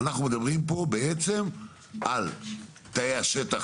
אנחנו מדברים פה בעצם על תאי השטח,